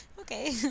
okay